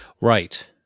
Right